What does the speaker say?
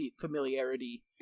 familiarity